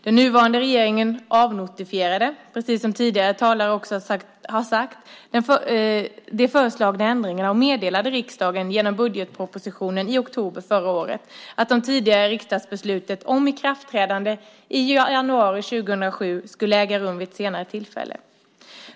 Den nuvarande regeringen avnotifierade, precis som tidigare talare också har sagt, de föreslagna ändringarna och meddelade genom budgetpropositionen i oktober förra året riksdagen att det tidigare riksdagsbeslutet om ikraftträdande i januari 2007 skulle äga rum vid ett senare tillfälle.